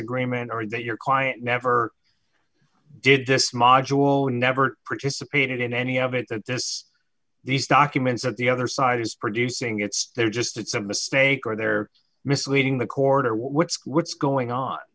agreement or that your client never did this module never participated in any of it that this these documents or the other side is producing it's just it's a mistake or they're misleading the corner what's what's going on